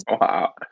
Wow